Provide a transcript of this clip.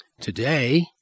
Today